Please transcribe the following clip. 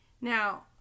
now